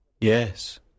Yes